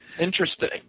Interesting